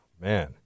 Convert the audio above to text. Man